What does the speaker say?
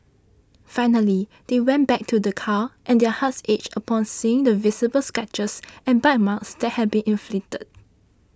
finally they went back to their car and their hearts ached upon seeing the visible scratches and bite marks that had been inflicted